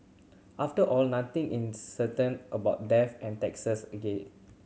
after all nothing in certain about death and taxes again